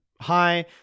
Hi